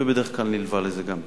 ובדרך כלל נלווה לזה גם תקצוב.